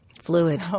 Fluid